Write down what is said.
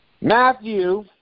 Matthew